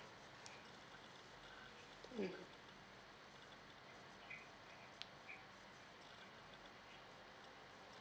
mm